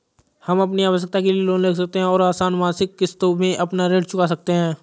हम अपनी आवश्कता के लिए लोन ले सकते है और आसन मासिक किश्तों में अपना ऋण चुका सकते है